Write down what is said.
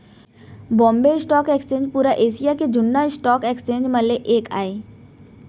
Bombay stock exchange पुरा Asia के जुन्ना स्टॉक एक्सचेंज म ले एक आय